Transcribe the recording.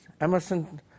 Emerson